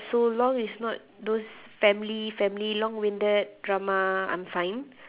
so long is not those family family long winded drama I'm fine